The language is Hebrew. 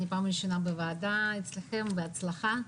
אני פעם ראשונה בוועדה אצלכם ומאחלת לכולנו בהצלחה.